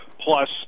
plus